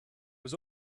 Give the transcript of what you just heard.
was